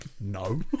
No